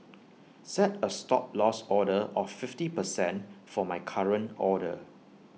set A Stop Loss order of fifty percent for my current order